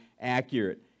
accurate